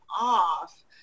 off